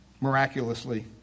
Miraculously